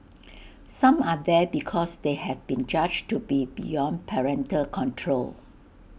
some are there because they have been judged to be beyond parental control